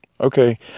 Okay